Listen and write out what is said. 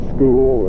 School